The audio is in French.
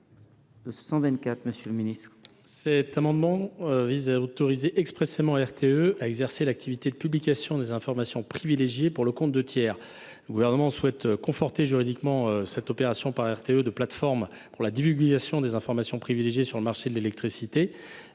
Cet amendement vise à autoriser expressément RTE à exercer l’activité de publication d’informations privilégiées pour le compte de tiers. Le Gouvernement souhaite conforter juridiquement cette opération, qui fait de RTE une plateforme de la divulgation des informations privilégiées sur le marché de l’électricité,